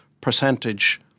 percentage